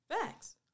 facts